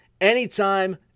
anytime